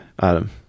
Adam